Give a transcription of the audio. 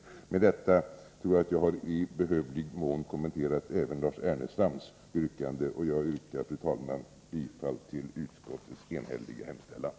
Med detta tror jag att jag i behövlig mån har kommenterat även Lars Ernestams anförande. Jag yrkar, fru talman, bifall till utskottets enhälliga hemställan.